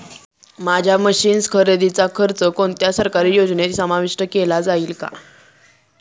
माझ्या मशीन्स खरेदीचा खर्च कोणत्या सरकारी योजनेत समाविष्ट केला जाईल का?